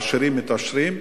העשירים מתעשרים,